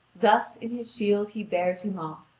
thus, in his shield he bears him off,